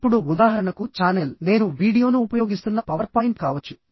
ఇప్పుడు ఉదాహరణకు ఛానెల్ నేను వీడియోను ఉపయోగిస్తున్న పవర్ పాయింట్ కావచ్చు